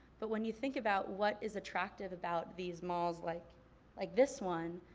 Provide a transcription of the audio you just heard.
but when you think about what is attractive about these malls like like this one,